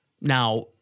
Now